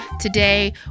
today